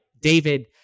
David